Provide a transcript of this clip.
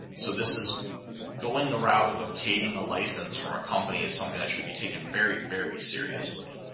so this is going the route of obtaining a license from a company is something that should be taken very, very seriously.